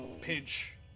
Pinch